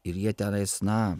ir jie tenais na